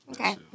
okay